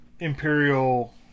Imperial